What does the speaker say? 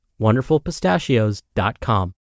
WonderfulPistachios.com